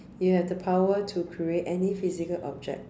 you have the power to create any physical object